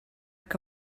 que